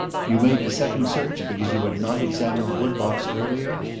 you made the second search because you had not examined the woodbox earlier?